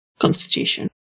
Constitution